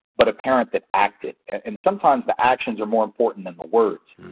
but a parent that acted. and sometimes the actions are more important than the words.